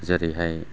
जेरैहाय